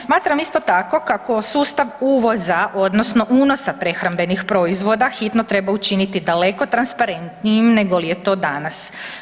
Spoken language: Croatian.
Smatram isto tako, kako sustav uvoza odnosno unosa prehrambenih proizvoda hitno treba učiniti daleko transparentnijim nego li je to danas.